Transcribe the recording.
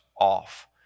off